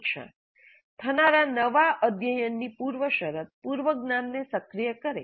સમીક્ષા થનારા નવા અધ્યયનની પૂર્વશરત પૂર્વજ્ઞાનને સક્રિય કરે